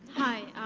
hi,